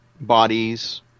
bodies